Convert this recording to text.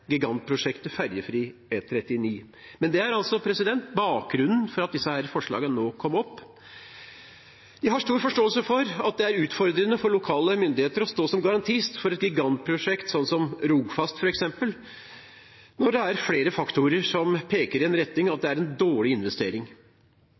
gigantprosjektet – ferjefri E39 – men det er altså bakgrunnen for at disse forslagene nå kom opp. Jeg har stor forståelse for at det er utfordrende for lokale myndigheter å stå som garantist for et gigantprosjekt – som f.eks. Rogfast – når det er flere faktorer som peker i retning av at det er en dårlig investering. Men SV mener at